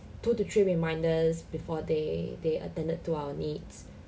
two to three reminders before they they attended to our needs